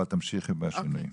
אבל תמשיכי עם השינויים.